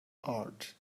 art